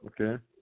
okay